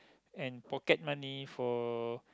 and pocket money for